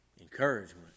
encouragement